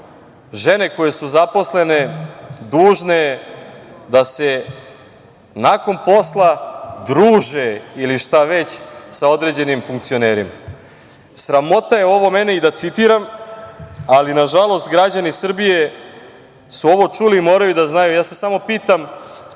žene koje su zaposlene, dužne da se nakon posla druže ili šta već, sa određenim funkcionerima. Sramota je ovo meni i da citiram, ali nažalost, građani Srbije su ovo čuli i moraju da znaju. Ja se samo pitam,